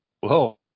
Whoa